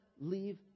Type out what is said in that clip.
leave